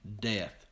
death